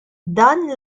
dan